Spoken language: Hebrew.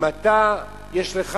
אם יש לך